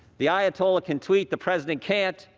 the ayatollah can tweet, the president can't.